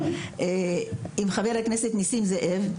עם חבר הכנסת ניסים זאב,